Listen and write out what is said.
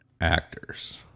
actors